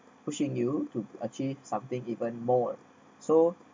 pushing you to achieve something even more so